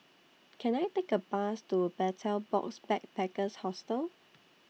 Can I Take A Bus to Betel Box Backpackers Hostel